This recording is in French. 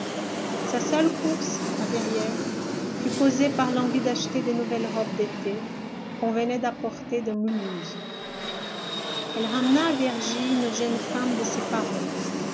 sa seule course à verrières fut causée par l'envie d'acheter de nouvelles robes d'été qu'on venait d'apporter de mulhouse elle ramena à vergy une jeune femme de ses parentes